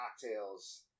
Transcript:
cocktails